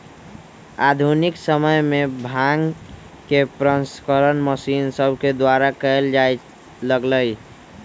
आधुनिक समय में भांग के प्रसंस्करण मशीन सभके द्वारा कएल जाय लगलइ